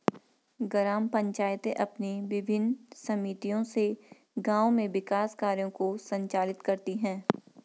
ग्राम पंचायतें अपनी विभिन्न समितियों से गाँव में विकास कार्यों को संचालित करती हैं